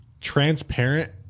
transparent